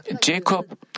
Jacob